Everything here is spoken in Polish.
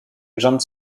rząd